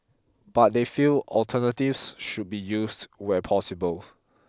but they feel alternatives should be used where possible